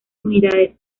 unidades